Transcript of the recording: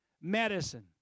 medicine